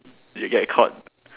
you get caught